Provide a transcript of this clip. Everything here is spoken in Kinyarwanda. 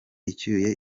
icyuye